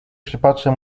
przypatrzę